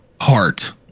heart